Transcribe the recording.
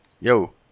yo